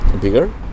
bigger